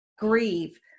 Grieve